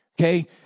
Okay